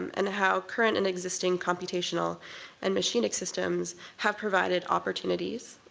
and how current and existing computational and machinic systems have provided opportunities,